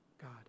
God